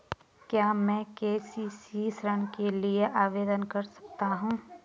क्या मैं के.सी.सी ऋण के लिए आवेदन कर सकता हूँ?